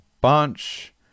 bunch